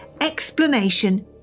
explanation